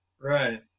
Right